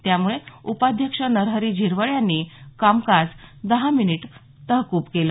त्यामुळे उपाध्यक्ष नरहरी झिरवळ यांनी कामकाज दहा मिनिट तहकूब केलं